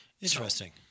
Interesting